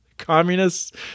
Communists